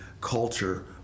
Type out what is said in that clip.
culture